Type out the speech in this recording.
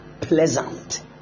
pleasant